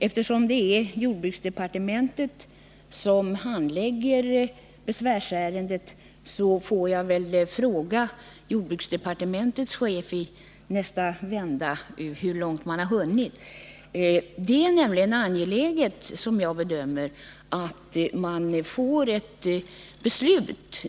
Eftersom det är jordbruksdepartementet som handlägger besvärsärendet får jag väl i nästa vända fråga jordbruksdepartementets chef hur långt man har hunnit. Det är nämligen angeläget, som jag bedömer det, att man får ett beslut.